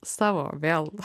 savo vėl